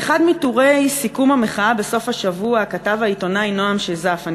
באחד מטורי סיכום המחאה בסוף השבוע כתב העיתונאי נועם שיזף: